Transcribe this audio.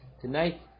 Tonight